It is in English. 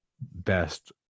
best